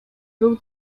był